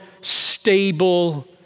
stable